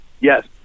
Yes